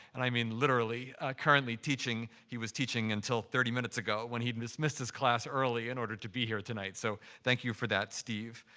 and i mean literally currently teaching. he was teaching until thirty minutes ago when he dismissed his class early in order to be here tonight. so thank you for that, steve.